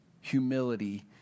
humility